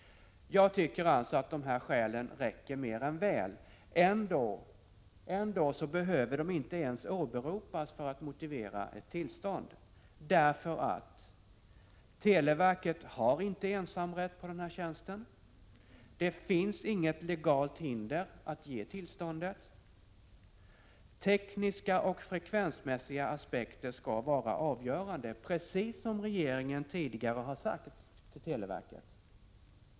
Jag tycker alltså att de här skälen räcker mer än väl. Ändå behöver de inte ens åberopas för att motivera ett tillstånd, därför att: — Televerket har inte ensamrätt för den här tjänsten! — Det finns inget legalt hinder att ge tillståndet! — Tekniska och frekvensmässiga aspekter skall vara avgörande — precis som regeringen tidigare sagt till televerket.